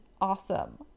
awesome